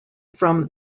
from